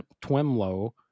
Twemlow